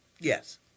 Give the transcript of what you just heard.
Yes